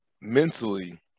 mentally